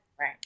right